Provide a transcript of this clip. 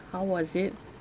how was it